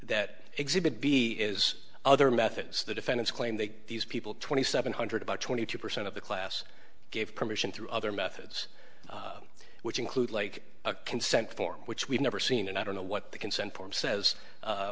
that exhibit b is other methods the defendants claim that these people twenty seven hundred about twenty two percent of the class gave permission to other methods which include like a consent form which we've never seen and i don't know what the consent form says